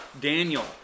Daniel